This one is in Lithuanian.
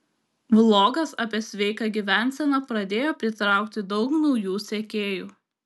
vlogas apie sveiką gyvenseną pradėjo pritraukti daug naujų sekėjų